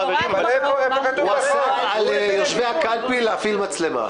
הוא אסר על יושבי הקלפי להפעיל מצלמות.